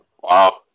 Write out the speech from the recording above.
Wow